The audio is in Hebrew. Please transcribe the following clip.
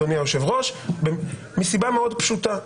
אדוני היושב-ראש מסיבה מאוד פשוטה,